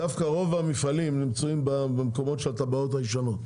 דווקא רוב המפעלים נמצאים במקומות של התב"עות הישנות,